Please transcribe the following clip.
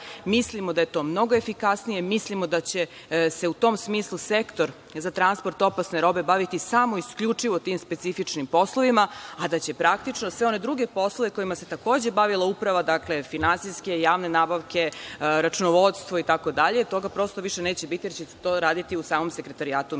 Mislimo da je to mnogo efikasnije. Mislimo da će se, u tom smislu, sektor za transport opasne robe baviti samo i isključivo tim specifičnim poslovima, a da će praktično sve one druge poslove, kojima se takođe bavila Uprava, dakle, finansijske, javne nabavke, računovodstvo… Toga prosto više neće biti, jer to će raditi u samom Sekretarijatu